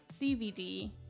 DVD